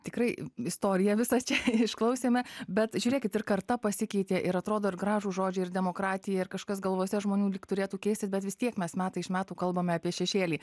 tikrai istoriją visą čia išklausėme bet žiūrėkit ir karta pasikeitė ir atrodo ir gražūs žodžiai ir demokratija ir kažkas galvose žmonių lyg turėtų keistis bet vis tiek mes metai iš metų kalbame apie šešėlį